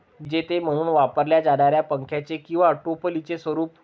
विजेते म्हणून वापरल्या जाणाऱ्या पंख्याचे किंवा टोपलीचे स्वरूप